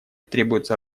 требуются